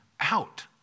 out